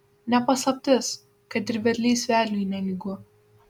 ne paslaptis kad ir vedlys vedliui nelygu